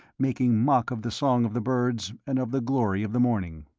making mock of the song of the birds and of the glory of the morning.